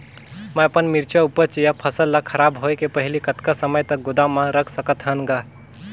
मैं अपन मिरचा ऊपज या फसल ला खराब होय के पहेली कतका समय तक गोदाम म रख सकथ हान ग?